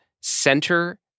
center